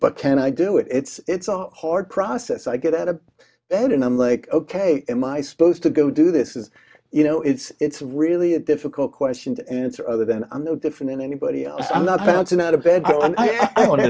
but can i do it it's are hard process i get out of bed and i'm like ok am i supposed to go do this is you know it's really a difficult question to answer other than i'm no different than anybody else i'm not